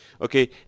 Okay